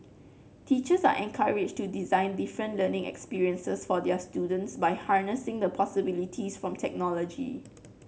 teachers are encouraged to design different learning experiences for their students by harnessing the possibilities from technology